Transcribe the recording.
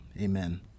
Amen